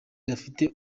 gafite